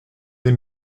des